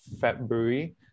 February